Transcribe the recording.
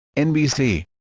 nbc